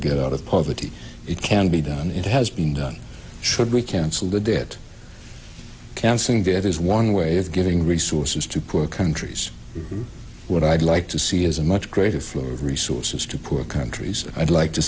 get out of poverty it can be done it has been done should we cancel the debt counseling that is one way of giving resources to poor countries what i'd like to see is a much greater flow of resources to poor countries i'd like to